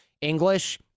English